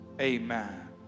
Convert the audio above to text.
Amen